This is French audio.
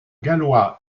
gallois